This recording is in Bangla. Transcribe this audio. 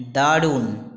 দারুণ